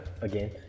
Again